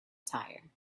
tire